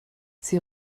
sie